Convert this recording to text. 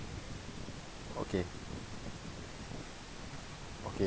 okay okay